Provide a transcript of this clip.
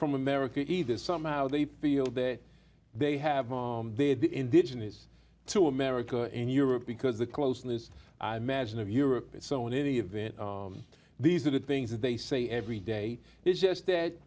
from america either somehow they feel that they have mom there the indigenous to america and europe because the closeness i magine of europe is so in any event these are the things that they say every day is just